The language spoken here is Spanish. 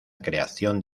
creación